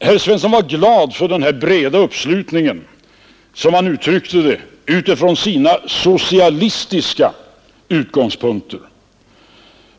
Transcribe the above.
Herr Svensson var glad för den här breda uppslutningen, som han uttryckte det, utifrån sina socialistiska utgångspunkter.